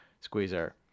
Squeezer